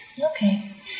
okay